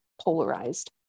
polarized